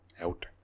out